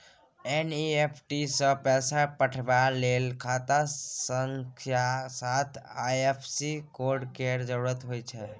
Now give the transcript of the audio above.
NEFT सँ पैसा पठेबाक लेल खाता संख्याक साथ आई.एफ.एस.सी कोड केर जरुरत होइत छै